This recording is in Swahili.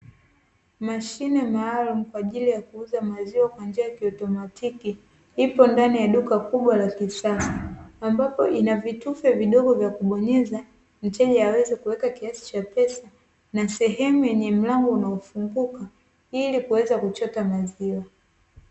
Mashine maalumu kwa ajili ya kuuza maziwa kwa njia ya kiutomatiki ipo ndani ya duka kubwa la kisasa, ambapo ina vitufe vidogo vya kubonyeza mteja aweze kuweka kiasi cha pesa, na sehemu yenye mlango unaofunguka ili kuweza kuchota maziwa.